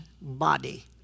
body